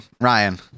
Ryan